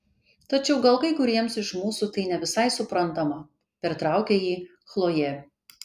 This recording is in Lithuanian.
tačiau gal kai kuriems iš mūsų tai ne visai suprantama pertraukė jį chlojė